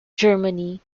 germany